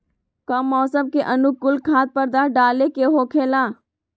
का मौसम के अनुकूल खाद्य पदार्थ डाले के होखेला?